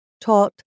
taught